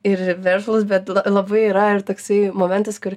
ir verslūs bet labai yra ir toksai momentas kur